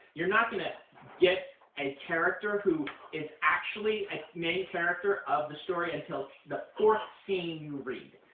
you're not going to get a character who is actually a main character of the story until the fourth scene you read.